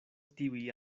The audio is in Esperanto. tiuj